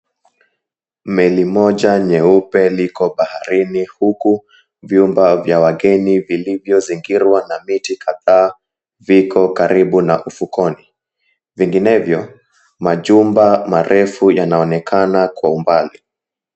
Meli moja nyeupe liko baharini huku vyumba vya wageni vilivyozingirwa na miti kadhaa viko karibu na ufukoni. Vinginevyo, majumba marefu yanaonekana kwa umbali.